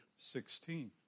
16